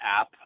app